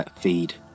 feed